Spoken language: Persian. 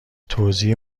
توزیع